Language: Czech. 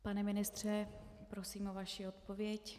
Pane ministře, prosím o vaši odpověď.